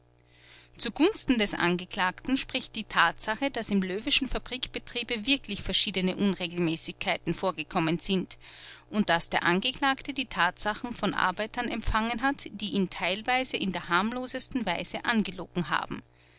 zugunsten des angeklagten spricht die tatsache daß im löweschen fabrikbetriebe wirklich verschiedene unregelmäßigkeiten vorgekommen sind und daß der angeklagte die tatsachen von arbeitern empfangen hat die ihn teilweise in der harmlosesten weise angelogen haben